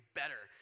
better